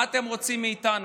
מה אתם רוצים מאיתנו?